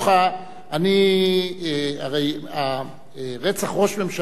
הרי רצח ראש ממשלה בישראל,